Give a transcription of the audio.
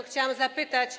Chciałam zapytać.